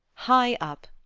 high up,